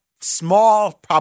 small